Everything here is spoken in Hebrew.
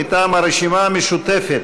מטעם הרשימה המשותפת.